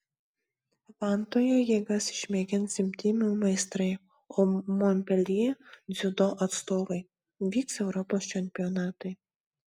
vantoje jėgas išmėgins imtynių meistrai o monpeljė dziudo atstovai vyks europos čempionatai